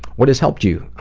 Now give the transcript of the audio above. what has helped you?